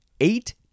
eight